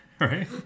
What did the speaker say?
Right